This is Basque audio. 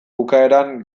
bukaeran